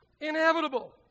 inevitable